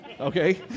Okay